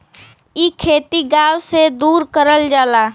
इ खेती गाव से दूर करल जाला